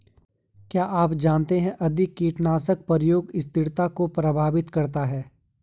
क्या आप जानते है अधिक कीटनाशक प्रयोग स्थिरता को प्रभावित करता है?